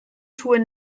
schuhe